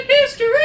History